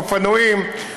אופנועים,